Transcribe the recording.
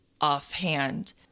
offhand